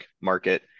market